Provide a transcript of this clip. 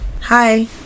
Hi